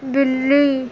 بلی